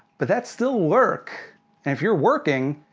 but that's still work. and if you're working,